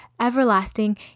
everlasting